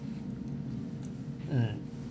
mm